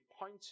point